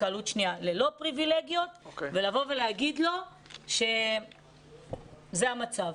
התקהלות שנייה ללא פריבילגיות ולבוא ולהגיד לו שזה המצב.